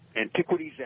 Antiquities